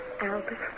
Albert